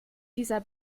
dieser